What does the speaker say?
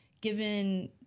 given